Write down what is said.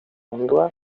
mundua